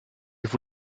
vous